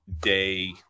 day